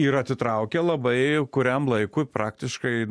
ir atitraukė labai kuriam laikui praktiškai